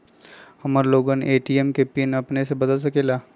हम लोगन ए.टी.एम के पिन अपने से बदल सकेला?